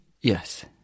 Yes